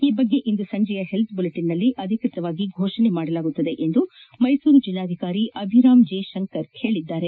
ಈ ಬಗ್ಗೆ ಇಂದು ಸಂಜೆಯ ಪೆಲ್ತ್ ಬುಲಿಟನ್ ಅಧಿಕೃತವಾಗಿ ಘೋಷಣೆ ಮಾಡಲಾಗುವುದು ಎಂದು ಮೈಸೂರು ಜಿಲ್ಲಾಧಿಕಾರಿ ಅಭಿರಾಮ್ ಜಿ ಶಂಕರ್ ಹೇಳಿದ್ದಾರೆ